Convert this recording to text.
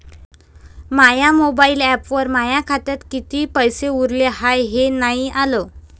माया mobile ॲपवर माया खात्यात किती पैसे उरले हाय हे नाही आलं